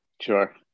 Sure